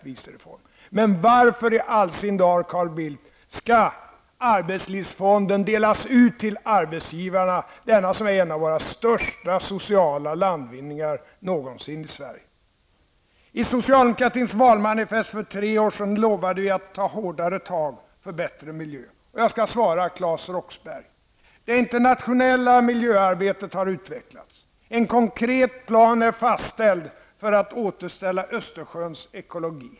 Varför i all sin dar, Carl Bildt, skall arbetslivsfonden delas ut till arbetsgivarna, den som är en av våra största sociala landvinningar någonsin i Sverige? I socialdemokratins valmanifest för tre år sedan lovade vi att ta hårdare tag för bättre miljö, och jag skall svara Claes Roxbergh. Det internationella miljöarbetet har utvecklats. En konkret plan är fastställd för att återställa Östersjöns ekologi.